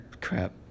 Crap